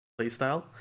playstyle